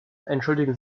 entschuldigen